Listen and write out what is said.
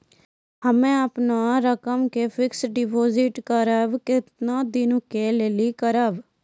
हम्मे अपन रकम के फिक्स्ड डिपोजिट करबऽ केतना दिन के लिए करबऽ?